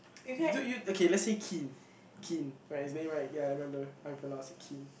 you don't you okay let's say Keane Keane right his name right ya I remember how to pronounce it Keane